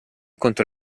contro